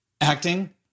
acting